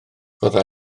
fydda